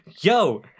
yo